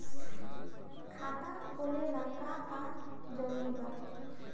खाता खोले ला का का जरूरी बा?